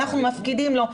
אנחנו מפקידים לו,